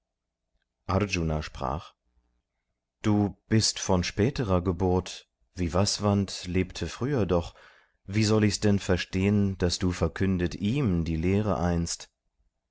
sprach du bist von späterer geburt vivasvant lebte früher doch wie soll ich's denn verstehn daß du verkündet ihm die lehre einst